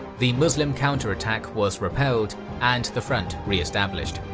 the muslim counterattack was repelled and the front re-established.